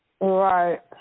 Right